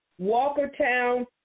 Walkertown